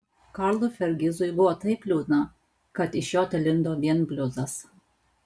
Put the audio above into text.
karlui fergizui buvo taip liūdna kad iš jo telindo vien bliuzas